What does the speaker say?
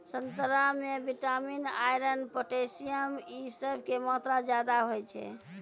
संतरा मे vitamin, iron, potassium इ सभ के मात्रा ज्यादा होय छै